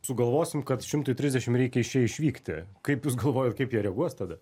sugalvosim kad šimtui trisdešim reikia iš čia išvykti kaip jūs galvojat kaip jie reaguos tada